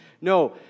No